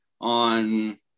on